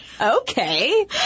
Okay